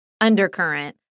undercurrent